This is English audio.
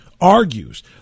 argues